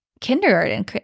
kindergarten